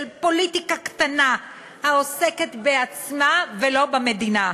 פוליטיקה קטנה העוסקת בעצמה ולא במדינה.